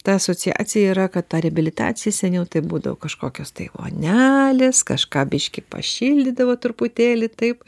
ta asociacija yra kad ta reabilitacija seniau tai būdavo kažkokios tai vonelės kažką biškį pašildydavo truputėlį taip